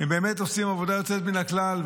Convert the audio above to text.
הם באמת עושים עבודה יוצאת מן הכלל.